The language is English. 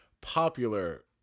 popular